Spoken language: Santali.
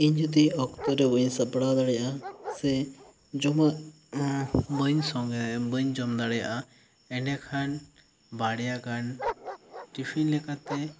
ᱤᱧ ᱡᱩᱫᱤ ᱚᱠᱛᱚ ᱨᱮ ᱵᱟᱹᱧ ᱥᱟᱯᱲᱟᱣ ᱫᱟᱲᱮᱭᱟᱜᱼᱟ ᱥᱮ ᱡᱚᱢᱟᱜ ᱵᱟᱹᱧ ᱥᱚᱝᱜᱮ ᱵᱟᱹᱧ ᱡᱚᱢ ᱫᱟᱲᱮᱭᱟᱜᱼᱟ ᱮᱸᱰᱱᱮᱠᱷᱟᱱ ᱵᱟᱨᱭᱟ ᱜᱟᱱ ᱴᱤᱯᱷᱤᱱ ᱞᱮᱠᱟᱛᱮ